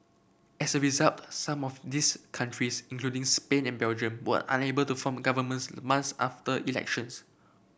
as a result some of these countries including Spain and Belgium were unable to form governments months after elections